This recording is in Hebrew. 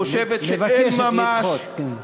מבקשת לדחות, כן.